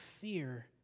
fear